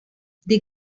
the